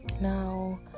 Now